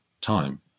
time